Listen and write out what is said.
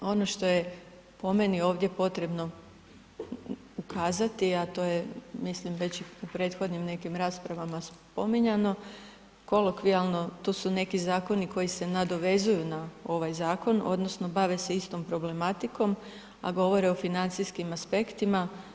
Ono što je po meni ovdje potrebno ukazati, a to je mislim već u prethodnim nekim raspravama spominjano, kolokvijalno to su neki zakoni koji se nadovezuju na ovaj zakon odnosno bave se istom problematikom, a govore o financijskim aspektima.